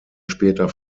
später